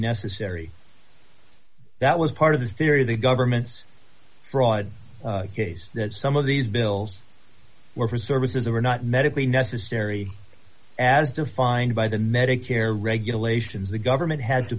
necessary that was part of the theory of the government's fraud case some of these bills were for services they were not medically necessary as defined by the medicare regulations the government had to